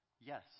yes